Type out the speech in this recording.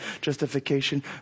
justification